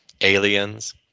aliens